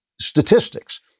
statistics